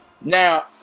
Now